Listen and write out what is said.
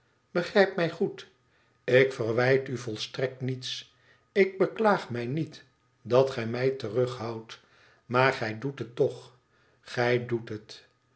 begrijp mij goed i ik verwijt u volstrekt niets ik beklaag mij niet dat gij mij terughoudt maar gij doet het toch gij doet het